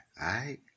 right